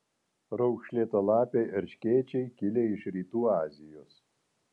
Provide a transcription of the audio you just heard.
raukšlėtalapiai erškėčiai kilę iš rytų azijos